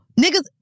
niggas